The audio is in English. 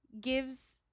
gives